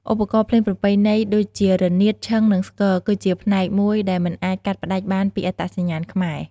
ឧបករណ៍ភ្លេងប្រពៃណីដូចជា រនាត ឈិង និងស្គរ គឺជាផ្នែកមួយដែលមិនអាចកាត់ផ្ដាច់បានពីអត្តសញ្ញាណខ្មែរ។